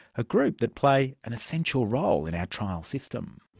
a group that play an essential role in our trial system.